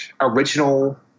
original